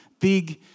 big